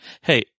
Hey